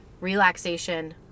relaxation